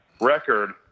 record